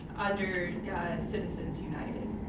under citizens united.